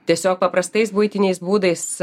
tiesiog paprastais buitiniais būdais